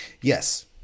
Yes